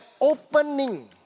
opening